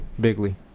Bigly